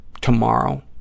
tomorrow